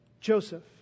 Joseph